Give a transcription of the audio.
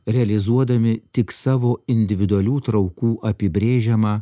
realizuodami tik savo individualių traukų apibrėžiamą